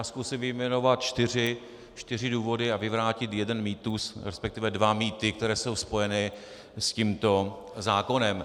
Zkusím vyjmenovat čtyři důvody a vyvrátit jeden mýtus, resp. dva mýty, které jsou spojeny s tímto zákonem.